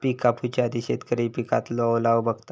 पिक कापूच्या आधी शेतकरी पिकातलो ओलावो बघता